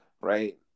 right